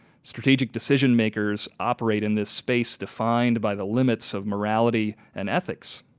strategic decision-makers operate in this space defined by the limits of morality and ethics.